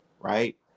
Right